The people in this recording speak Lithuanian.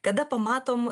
kada pamatom